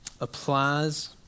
applies